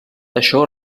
això